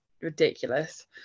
ridiculous